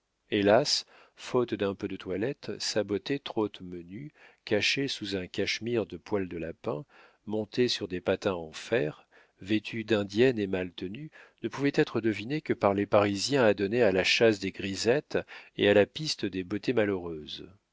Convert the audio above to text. hélas faute d'un peu de toilette sa beauté trotte-menu cachée sous un cachemire de poil de lapin montée sur des patins en fer vêtue d'indienne et mal tenue ne pouvait être devinée que par les parisiens adonnés à la chasse des grisettes et à la piste des beautés malheureuses